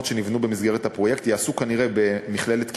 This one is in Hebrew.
שנבנו במסגרת הפרויקט יהיו כנראה במכללת כנרת,